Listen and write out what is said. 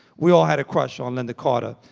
we all had a crush on lynda carter.